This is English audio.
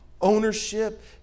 ownership